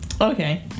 Okay